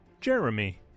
Jeremy